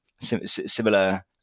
similar